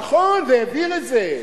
נכון, והעביר את זה.